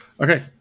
Okay